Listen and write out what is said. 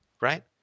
right